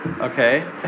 Okay